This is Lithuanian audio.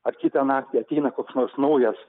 ar kitą naktį ateina koks nors naujas